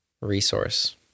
resource